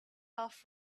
off